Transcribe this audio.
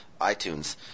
iTunes